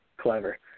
Clever